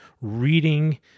reading